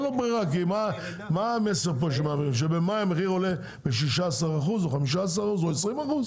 כי המסר שמעבירים פה שבמאי המחיר עולה ב-16% או 20%?